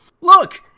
Look